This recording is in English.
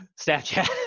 Snapchat